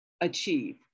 achieve